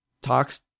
talks